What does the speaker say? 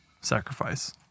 sacrifice